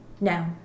no